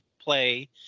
play